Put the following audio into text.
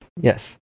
yes